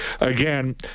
Again